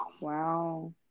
Wow